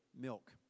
milk